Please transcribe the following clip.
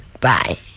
bye